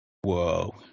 Whoa